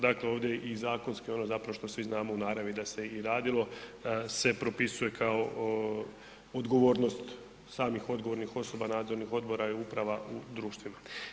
Dakle, ovdje i zakonski ono zapravo što svi znamo u naravi da se i radilo se propisuje kao odgovornost samih odgovornih osoba, nadzornih odbora i uprava u društvima.